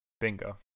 Bingo